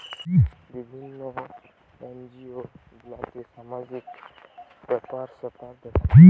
বিভিন্ন এনজিও গুলাতে সামাজিক ব্যাপার স্যাপার দেখা হয়